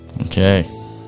Okay